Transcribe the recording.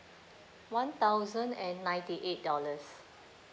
one thousand and ninety eight dollars